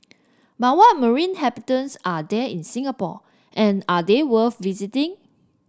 but what marine habitants are there in Singapore and are they worth visiting